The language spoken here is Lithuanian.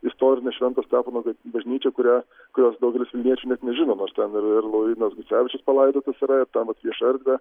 istorinė švento stepono bažnyčia kurią kurios daugelis vilniečių net nežino nors ten ir ir laurynas gucevičius palaidotas yra ir ten vat viešą erdvę